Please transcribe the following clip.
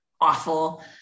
awful